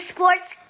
Sports